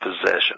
possession